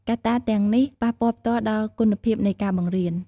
កត្តាទាំងនេះប៉ះពាល់ផ្ទាល់ដល់គុណភាពនៃការបង្រៀន។